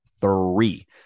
three